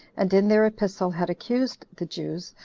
and in their epistle had accused the jews,